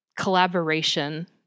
collaboration